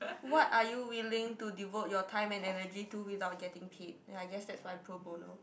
what are you willing to devote your time and energy to without getting paid ya I guess that's why pro Bono